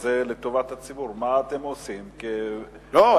וזה לטובת הציבור, מה אתם עושים כוועדה?